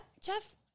Jeff